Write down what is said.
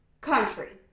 country